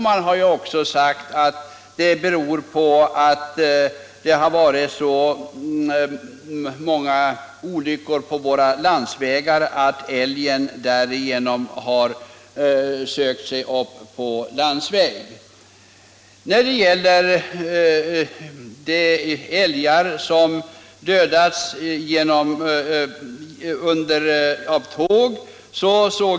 Det har sagts att det beror på att det har skett så många olyckor på våra landsvägar att älgen därigenom sökt sig upp på järnvägarna.